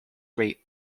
great